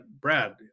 Brad